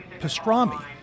pastrami